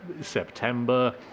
September